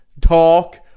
talk